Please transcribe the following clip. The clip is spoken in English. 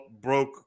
broke